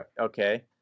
Okay